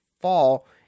fall